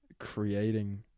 creating